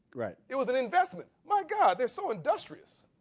it was an investment. my god, they're so industrious,